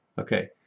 Okay